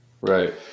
Right